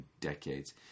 decades